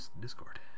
Discord